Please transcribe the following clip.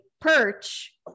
perch